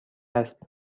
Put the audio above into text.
است